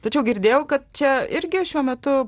tačiau girdėjau kad čia irgi šiuo metu